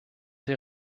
sie